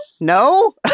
No